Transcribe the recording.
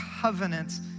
covenants